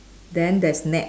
then there's net